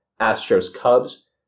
Astros-Cubs